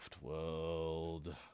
World